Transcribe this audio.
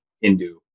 Hindu